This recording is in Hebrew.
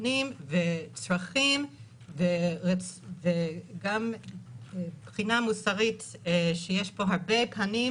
צרכים וגם בחינה מוסרית ויש פה הרבה פנים,